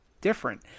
different